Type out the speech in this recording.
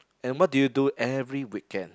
and what do you do every weekend